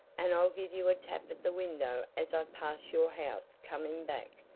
and i'll give you a tap at the window as i pass your house coming back.